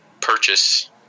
purchase